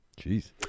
Jeez